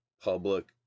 public